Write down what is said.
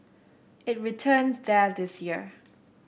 it returns there this year